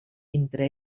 entre